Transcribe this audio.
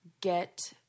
get